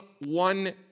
one